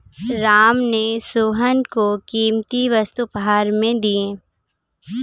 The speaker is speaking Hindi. राम ने सोहन को कीमती वस्तु उपहार में दिया